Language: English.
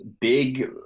big